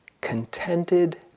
contented